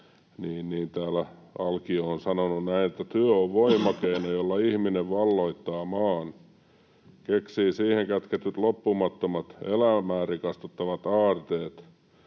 niin Alkio on sanonut näin: ”Työ on voimakeino, jolla ihminen valloittaa maan, keksii siihen kätketyt loppumattomat, elämää rikastuttavat aarteet,